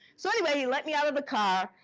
so anyway, he let me out of the car.